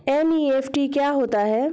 NEFT क्या होता है?